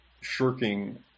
shirking